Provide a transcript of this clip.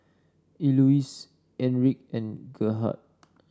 Elouise Enrique and Gerhard